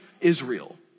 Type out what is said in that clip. Israel